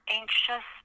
anxious